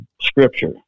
scripture